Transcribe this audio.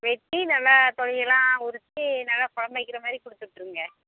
வெட்டி நல்லா தோலியெல்லாம் உரித்து நல்லா கொழம்பு வைக்கிறா மாதிரி கொடுத்து விட்ருங்க